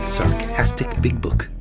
sarcasticbigbook